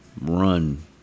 run